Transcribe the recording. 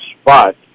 spot